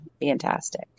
Fantastic